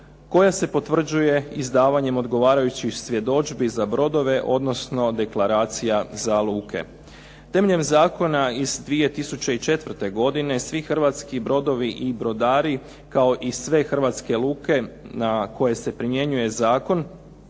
koje se potvrđuje izdavanjem odgovarajućih svjedodžbi za brodove, odnosno deklaracija za luke. Temeljem zakona iz 2004. godine svi hrvatski brodovi i brodari kao i sve hrvatske luke na koje se primjenjuje zakon